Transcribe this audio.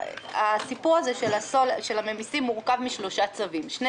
הסיפור של הממיסים מורכב משלושה צווים: שני